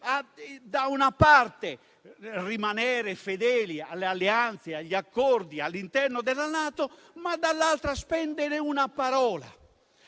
da una parte, di rimanere fedeli alle alleanze e agli accordi all'interno della NATO e, dall'altra, di spendere una parola